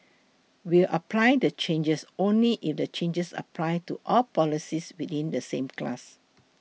we will apply the changes only if the changes apply to all policies within the same class